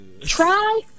Try